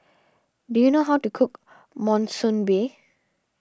do you know how to cook Monsunabe